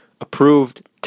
Approved